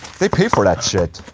they pay for that shit.